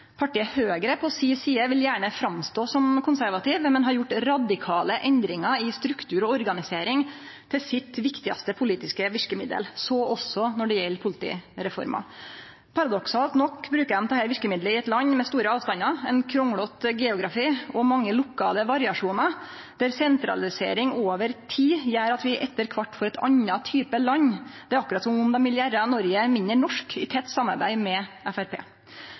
Partiet Høgre på si side vil gjerne stå fram som konservative, men har gjort radikale endringar i struktur og organisering til sitt viktigaste politiske verkemiddel – så også når det gjeld politireforma. Paradoksalt nok bruker dei dette verkemiddelet i eit land med store avstandar, ein kranglete geografi og mange lokale variasjonar, der sentralisering over tid gjer at vi etter kvart får ein annan type land. Det er akkurat som om dei vil gjere Noreg mindre norsk, i tett samarbeid med